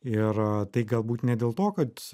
ir tai galbūt ne dėl to kad